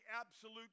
absolute